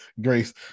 Grace